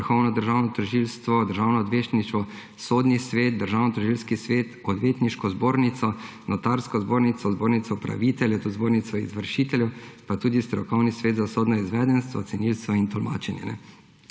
Vrhovno državno tožilstvo, Državno odvetništvo, Sodni svet, Državnotožilski svet, Odvetniško zbornico, Notarsko zbornico, Zbornico upraviteljev, Zbornico izvršiteljev pa tudi Strokovni svet za sodno izvedenstvo, cenilstvo in tolmačenje.